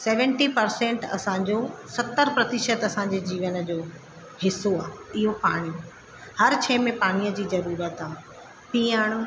seventy percent असांजो सतरि प्रतिशत असांजे जीवन जो हिसो आहे इहो पाणी हर शइ में पाणीअ जी ज़रूरत आहे पीअणु